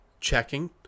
checking